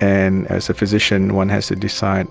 and as a physician one has to decide